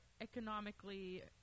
economically